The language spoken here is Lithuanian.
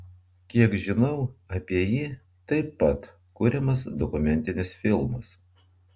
kiek žinau apie jį taip pat kuriamas dokumentinis filmas